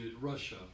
Russia